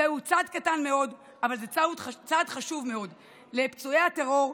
זהו צעד קטן מאוד אבל חשוב מאוד לפצועי הטרור,